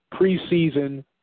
preseason